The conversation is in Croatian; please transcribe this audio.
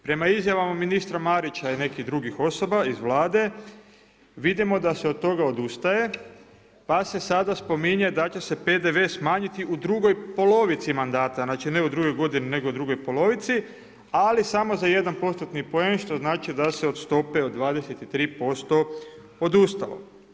Prema izjavama ministra Marića i nekih drugih osoba iz Vlade vidimo da se od toga odustaje pa se sada spominje da će se PDV smanjiti u drugoj polovici mandata, znači ne u drugoj godini nego u drugoj polovici, ali samo za jedan postotni poen što znači da se od stope od 23% odustalo.